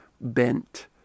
bent